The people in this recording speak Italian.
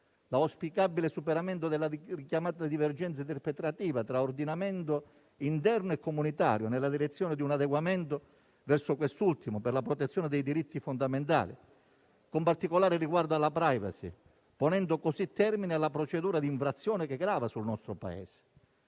l'auspicabile superamento della richiamata divergenza interpretativa tra ordinamento interno e comunitario nella direzione di un adeguamento verso quest'ultimo per la protezione dei diritti fondamentali, con particolare riguardo alla *privacy*, ponendo così termine alla procedura di infrazione che grava sul nostro Paese;